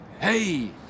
Hey